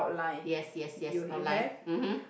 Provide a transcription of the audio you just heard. yes yes yes outline mmhmm